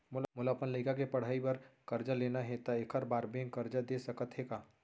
मोला अपन लइका के पढ़ई बर करजा लेना हे, त एखर बार बैंक करजा दे सकत हे का?